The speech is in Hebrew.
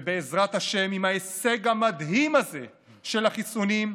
ובעזרת השם, עם ההישג המדהים הזה של החיסונים,